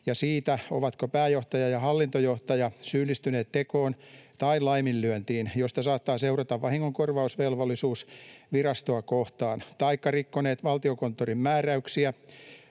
ja siitä, ovatko pääjohtaja ja hallintojohtaja syyllistyneet tekoon tai laiminlyöntiin, josta saattaa seurata vahingonkorvausvelvollisuus virastoa kohtaan, taikka rikkoneet Valtiokonttorin määräyksiä,